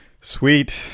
Sweet